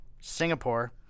Singapore